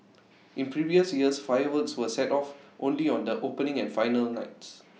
in previous years fireworks were set off only on the opening and final nights